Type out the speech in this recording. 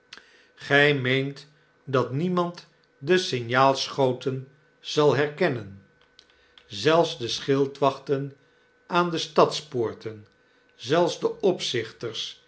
gij mij g-g meent dat niemand de signaalschoten zal herkennen zelfs de schildwachten aan de stadspoorten zelfs de opzichters